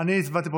קבוצת סיעת